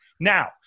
Now